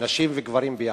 נשים וגברים ביחד.